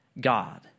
God